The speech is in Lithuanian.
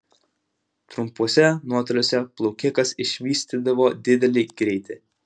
trumpuose nuotoliuose plaukikas išvystydavo didelį greitį